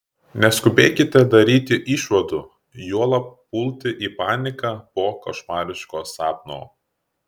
neskubėkite daryti išvadų juolab pulti į paniką po košmariško sapno